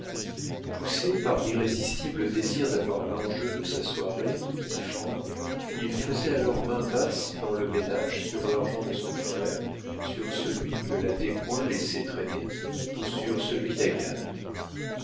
poussé par l'irrésistible désir d'avoir l'enjeu de sa soirée dix francs il faisait alors main basse dans le ménage sur l'argent de son frère sur celui que la descoings laissait traîner ou sur celui d'agathe